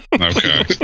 Okay